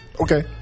Okay